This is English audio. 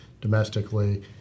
domestically